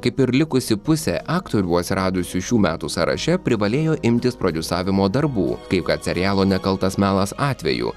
kaip ir likusi pusė aktorių atsiradusių šių metų sąraše privalėjo imtis prodiusavimo darbų kaip kad serialo nekaltas melas atveju